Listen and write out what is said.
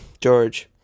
george